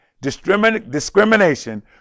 discrimination